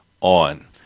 on